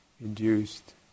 induced